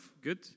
Good